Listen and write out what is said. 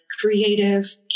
creative